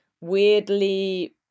weirdly